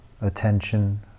attention